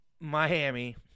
Miami